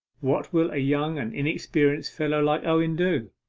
what will a young and inexperienced fellow like owen do?